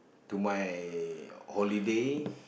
to my holiday